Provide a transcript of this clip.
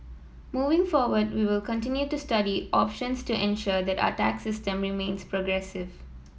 moving forward we will continue to study options to ensure that our tax system remains progressive